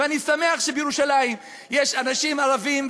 ואני שמח שבירושלים יש אנשים ערבים,